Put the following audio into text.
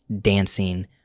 dancing